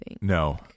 No